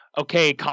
okay